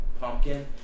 pumpkin